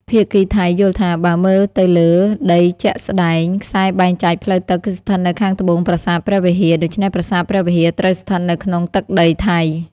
ភាគីថៃយល់ថា បើមើលទៅលើដីជាក់ស្តែង ខ្សែបែងចែកផ្លូវទឹក គឺស្ថិតនៅខាងត្បូងប្រាសាទព្រះវិហារ ដូច្នេះប្រាសាទព្រះវិហារត្រូវស្ថិតនៅក្នុងទឹកដីថៃ។